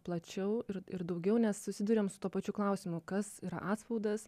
plačiau ir ir daugiau nes susiduriam su tuo pačiu klausimu kas yra atspaudas